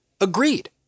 Agreed